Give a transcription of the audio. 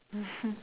mmhmm